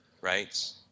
right